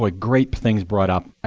like great things brought up.